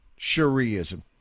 Shariaism